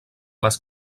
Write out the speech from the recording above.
les